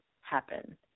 happen